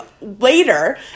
later